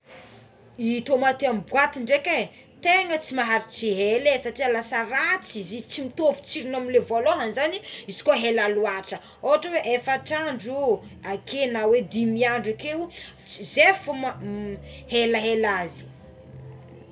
Ny tomaty amin'ny boaty dreky é tégna tsy maharitra elé satria lasa ratsy izy tsy mitovy tsirony amin'ny ilay voalohany zany izy ko hela loatra oatra oe efatr'andro akeo na oé dimy andro akeo tsy zay fogna ma helaela azy.